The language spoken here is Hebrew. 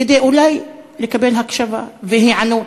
כדי אולי לקבל הקשבה והיענות.